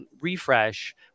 refresh